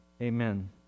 amen